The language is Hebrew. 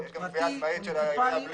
יש גם גבייה עצמאית של העירייה.